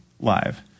live